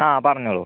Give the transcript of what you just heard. ആ പറഞ്ഞോളു